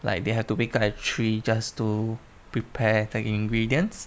like they had to wake up at three just to prepare the ingredients